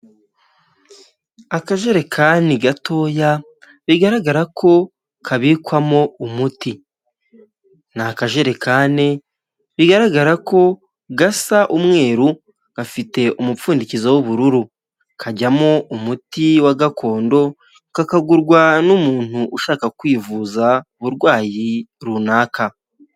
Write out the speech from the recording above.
Akajerekani gatoya bigaragara ko kabikwamo umuti. Ni akajerekani bigaragara ko gasa umweru, gafite umupfundizo w'ubururu. Kajyamo umuti wa gakondo, kakagurwa n'umuntu ushaka kwivuza uburwayi runaka.